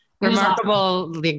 remarkable